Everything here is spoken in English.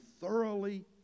thoroughly